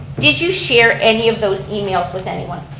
did you share any of those emails with anyone?